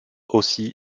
aussi